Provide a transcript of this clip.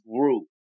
grew